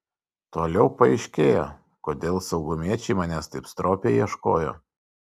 toliau paaiškėjo kodėl saugumiečiai manęs taip stropiai ieškojo